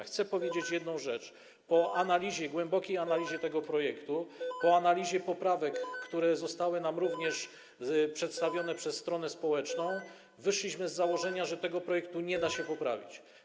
Chcę powiedzieć jedno: Po głębokiej analizie tego projektu, po analizie poprawek, które zostały nam przedstawione przez stronę społeczną, wyszliśmy z założenia, że tego projektu nie da się poprawić.